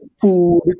food